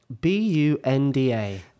B-U-N-D-A